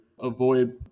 avoid